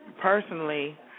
personally